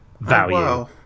value